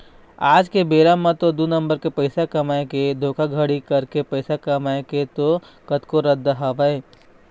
आज के बेरा म तो दू नंबर के पइसा कमाए के धोखाघड़ी करके पइसा कमाए के तो कतको रद्दा हवय